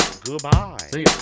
goodbye